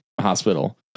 hospital